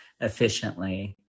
efficiently